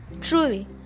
truly